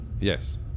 yes